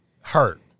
Hurt